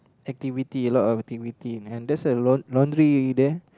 activity a lot of activity and there's a laun~ laundry there